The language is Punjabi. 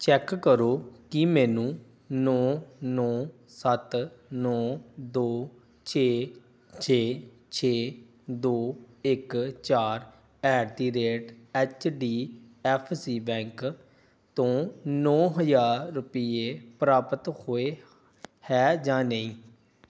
ਚੈੱਕ ਕਰੋ ਕਿ ਮੈਨੂੰ ਨੌਂ ਨੌਂ ਸੱਤ ਨੌਂ ਦੋ ਛੇ ਛੇ ਛੇ ਦੋ ਇੱਕ ਚਾਰ at the rate H D F C bank ਤੋਂ ਨੌਂ ਹਜ਼ਾਰ ਰੁਪਈਏ ਪ੍ਰਾਪਤ ਹੋਏ ਹੈ ਜਾਂ ਨਹੀਂ